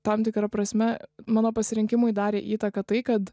tam tikra prasme mano pasirinkimui darė įtaką tai kad